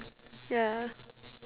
ya